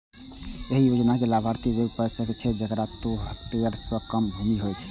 एहि योजनाक लाभार्थी वैह भए सकै छै, जेकरा दू हेक्टेयर सं कम भूमि होय